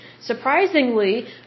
Surprisingly